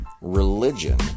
religion